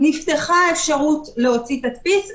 ואז נפתחה האפשרות להוציא תדפיס.